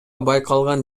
байкалган